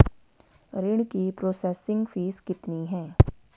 ऋण की processing fees कितनी है?